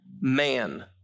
man